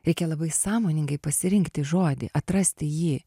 reikia labai sąmoningai pasirinkti žodį atrasti jį